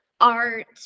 art